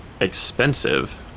expensive